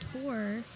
tour